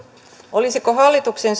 olisiko hallituksen